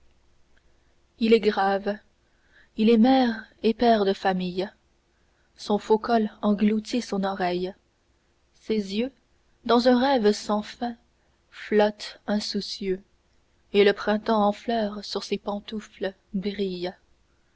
il est grave il est maire et père de famille son faux col engloutit son oreille ses yeux dans un rêve sans fin flottent insoucieux et le printemps en fleurs sur ses pantoufles brille